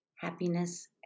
happiness